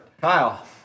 Kyle